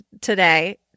today